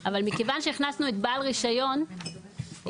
אבל מכיוון שהכנסנו את בעל רישיון --- רגע,